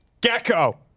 gecko